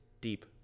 deep